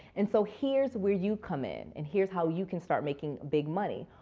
and so, here's where you come in and here's how you can start making big money.